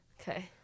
Okay